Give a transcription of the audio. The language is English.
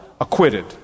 acquitted